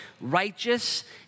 righteous